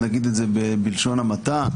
נגיד את זה בלשון המעטה,